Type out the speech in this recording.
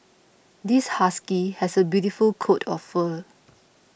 this husky has a beautiful coat of fur